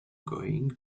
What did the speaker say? going